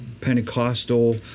Pentecostal